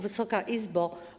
Wysoka Izbo!